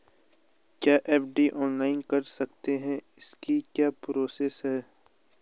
क्या FD online कर सकते हैं इसकी क्या प्रोसेस है?